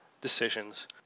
decisions